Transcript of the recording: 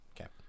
Okay